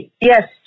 Yes